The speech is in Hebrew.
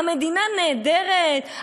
המדינה נהדרת,